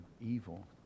evil